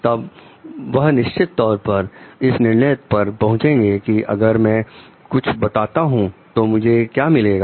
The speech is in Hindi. तब वह निश्चित तौर पर इस निर्णय पर पहुंचेंगे की अगर मैं कुछ बताता हूं तो मुझे क्या मिलेगा